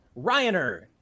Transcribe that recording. Ryaner